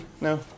no